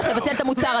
צריך לבטל את המוצר.